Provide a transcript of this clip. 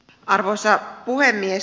arvoisa puhemies